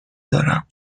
دارم